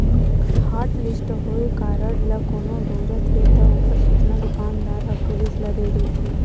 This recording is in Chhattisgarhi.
हॉटलिस्ट होए कारड ल कोनो बउरत हे त ओखर सूचना दुकानदार ह पुलिस ल दे देथे